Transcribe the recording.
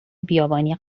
بیابانی